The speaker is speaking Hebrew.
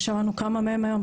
ושמענו כמה מהם היום.